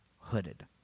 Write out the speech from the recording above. hooded